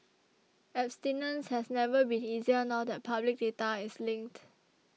abstinence has never been easier now that public data is linked